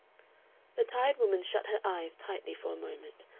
the tired woman shut her eyes tightly for a moment,